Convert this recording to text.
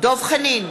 דב חנין,